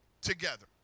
together